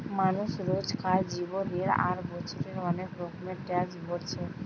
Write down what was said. মানুষ রোজকার জীবনে আর বছরে অনেক রকমের ট্যাক্স ভোরছে